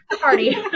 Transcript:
party